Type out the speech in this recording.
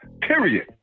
Period